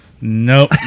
Nope